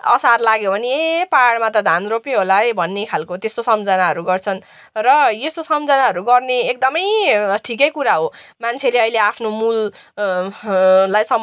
असार लाग्यो भने ए पहाडमा त धान रोप्यो होला है भन्ने खालको त्यस्तो सम्झानाहरू गर्छन् र यस्तो सम्झानाहरू गर्ने एकदमै ठिकै कुरा हो मान्छेले अहिले आफ्नु मूल लाई